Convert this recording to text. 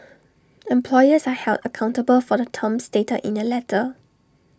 employers are held accountable for the terms stated in the letter